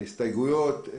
הסתייגויות,